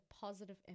positive